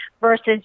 versus